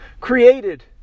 created